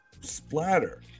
splatter